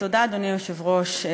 אדוני היושב-ראש,